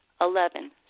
Eleven